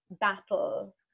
battle